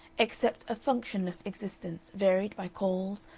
except a functionless existence varied by calls,